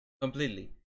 completely